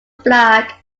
black